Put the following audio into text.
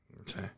Okay